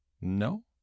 no